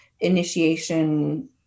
Initiation